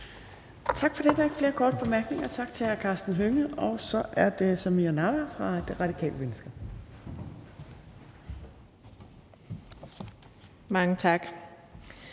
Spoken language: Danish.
Tak for det. Der er ikke flere korte bemærkninger. Tak til hr. Karsten Hønge. Og så er det Samira Nawa fra Det Radikale Venstre. Kl.